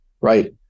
right